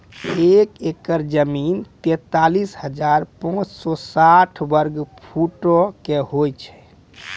एक एकड़ जमीन, तैंतालीस हजार पांच सौ साठ वर्ग फुटो के होय छै